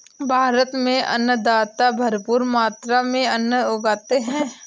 भारत में अन्नदाता भरपूर मात्रा में अन्न उगाते हैं